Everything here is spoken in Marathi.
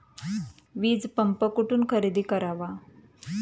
वीजपंप कुठून खरेदी करावा?